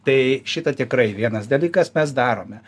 tai šitą tikrai vienas dalykas mes darome